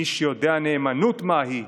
מי שיודע נאמנות מה היא,